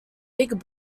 big